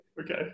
okay